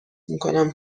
میکنم